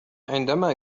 عندما